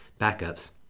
backups